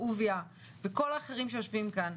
אהוביה וכל האחרים שיושבים כאן,